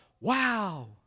Wow